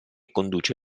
conduce